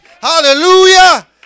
Hallelujah